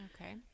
okay